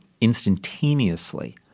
instantaneously